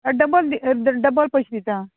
double double पयशे दितां